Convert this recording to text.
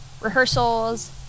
rehearsals